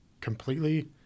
completely